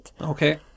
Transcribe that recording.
Okay